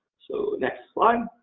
so, next slide.